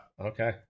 Okay